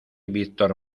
víctor